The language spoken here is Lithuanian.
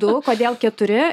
du kodėl keturi